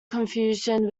confusion